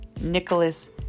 nicholas